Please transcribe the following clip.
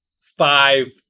five